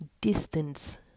distance